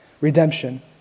redemption